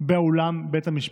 באולם בית המשפט.